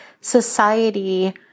society